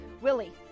Willie